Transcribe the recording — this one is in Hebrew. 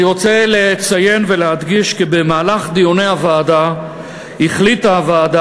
אני רוצה לציין ולהדגיש כי במהלך דיוני הוועדה החליטה הוועדה